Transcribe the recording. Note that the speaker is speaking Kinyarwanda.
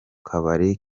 kabari